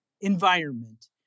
environment